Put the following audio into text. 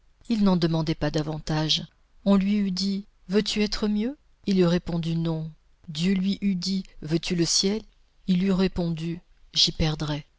il n'en demandait pas davantage on lui eût dit veux-tu être mieux il eût répondu non dieu lui eût dit veux-tu le ciel il eût répondu j'y perdrais